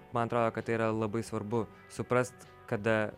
man atrodo kad tai yra labai svarbu suprast kada